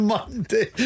Monday